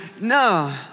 no